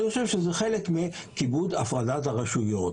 אני חושב שזה חלק מכיבוד הפרדת הרשויות.